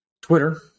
Twitter